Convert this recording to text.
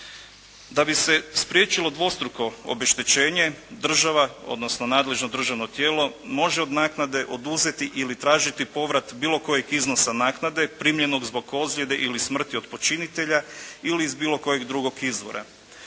Da bi se spriječilo dvostruko obeštećenje država odnosno nadležno državno tijelo može od naknade oduzeti ili tražiti povrat bilo kojeg iznosa naknade primljenog zbog ozljede ili smrti od počinitelja ili iz bilo kojeg drugog izvora.